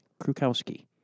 Krukowski